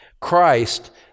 Christ